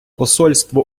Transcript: посольство